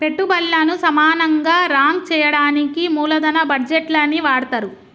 పెట్టుబల్లను సమానంగా రాంక్ చెయ్యడానికి మూలదన బడ్జేట్లని వాడతరు